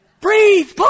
breathe